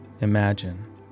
Imagine